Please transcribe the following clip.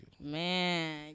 Man